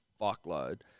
fuckload